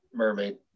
mermaid